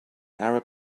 arab